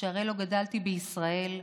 שהרי לא גדלתי בישראל,